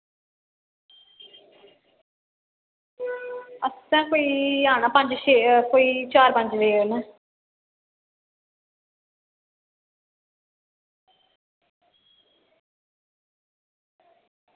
असें कोई आना कोई पंज छे कोई चार पंज बजे कन्नै